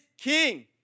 king